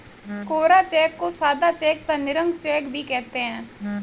कोरा cheque को सादा cheque तथा निरंक चेक भी कहते हैं